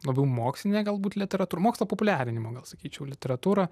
labiau mokslinę galbūt literatūra mokslo populiarinimo gal sakyčiau literatūrą